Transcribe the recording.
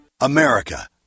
America